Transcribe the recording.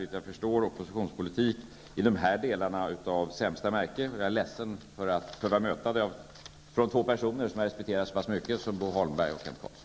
Detta är oppositionspolitik av sämsta märke, och jag är ledsen över att behöva möta den från två personer som jag respekterar så pass mycket som Bo Holmberg och Kent Carlsson.